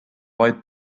vaid